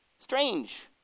Strange